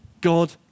God